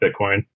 Bitcoin